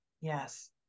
Yes